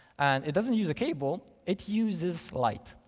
and it doesn't use a cable, it uses light.